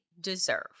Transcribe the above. deserve